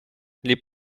les